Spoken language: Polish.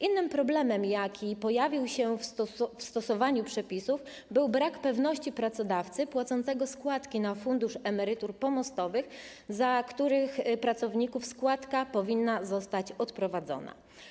Innym problemem, jaki pojawił się w stosowaniu przepisów, był brak pewności pracodawcy płacącego składki na Fundusz Emerytur Pomostowych, za których pracowników składka powinna zostać odprowadzona.